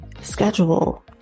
schedule